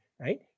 right